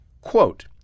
Quote